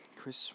Chris